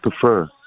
prefer